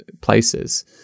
places